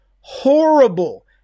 horrible